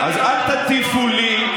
אז אל תטיפו לי,